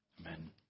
Amen